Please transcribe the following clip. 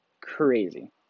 Crazy